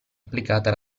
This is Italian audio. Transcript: applicata